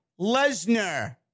Lesnar